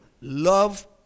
love